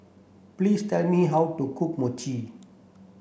please tell me how to cook Mochi